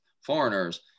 foreigners